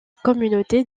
communauté